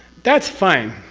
that's fine,